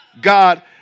God